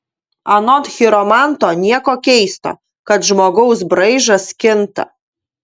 anot chiromanto nieko keisto kad žmogaus braižas kinta